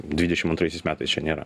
dvidešim antraisiais metais čia nėra